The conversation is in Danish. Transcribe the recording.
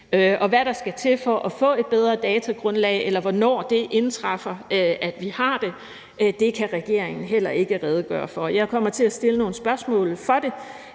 Og hvad der skal til for at få et bedre datagrundlag, eller hvornår det indtræffer, at vi har det, kan regeringen heller ikke redegøre for. Jeg kommer til at stille nogle spørgsmål om det,